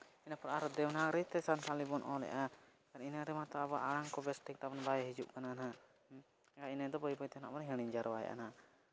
ᱤᱱᱟᱹ ᱯᱚᱨᱮ ᱟᱨᱚ ᱫᱮᱵᱽ ᱱᱟᱜᱚᱨᱤᱛᱮ ᱥᱟᱱᱛᱷᱟᱞᱤ ᱵᱚᱱ ᱚᱞᱮᱫᱟ ᱟᱨ ᱤᱱᱟᱹ ᱨᱮᱢᱟ ᱛᱚ ᱟᱵᱚᱣᱟᱜ ᱟᱲᱟᱝ ᱠᱚ ᱵᱮᱥ ᱴᱷᱤᱠ ᱛᱟᱵᱚᱱ ᱵᱟᱭ ᱦᱤᱡᱩᱜ ᱠᱟᱱᱟ ᱱᱟᱜ ᱟᱨ ᱤᱱᱟᱹᱫᱚ ᱵᱟᱹᱭ ᱵᱟᱹᱭᱛᱮ ᱱᱟᱜ ᱵᱚ ᱦᱤᱲᱤᱧ ᱡᱟᱨᱣᱟᱭᱮᱫᱟ ᱱᱟᱜ